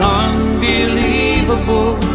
unbelievable